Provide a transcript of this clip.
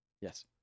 Yes